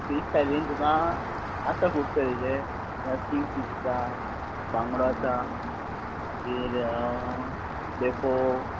fish थालीन तुका आसा खूब तरेचें कींग फीश आसा बांगडो आसा मागीर लेफो